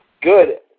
Good